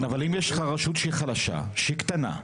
אבל אם יש לך רשות שהיא חלשה, רשות שהיא קטנה,